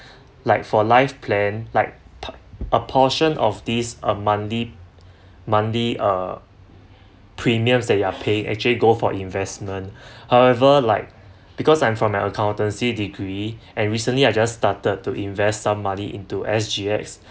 like for life plan like p~ a portion of this a monthly monthly uh premiums that you are paying actually go for investment however like because I'm from an accountancy degree and recently I just started to invest some money into S_G_X